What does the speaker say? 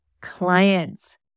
clients